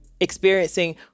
experiencing